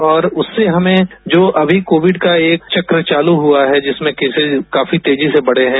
और उससे हमें जो अभी कोविड का एक चक्र चालू हुआ है जिसमें केसेज काफी तेजी से बढ़े हैं